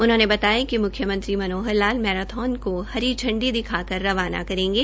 उन्होंने बताया कि मुख्यमंत्री मनोहर लाल मैराथन को हरी झंडी दिखाकर रवाना करेंगे